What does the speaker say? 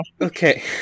Okay